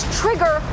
trigger